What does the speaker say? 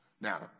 Now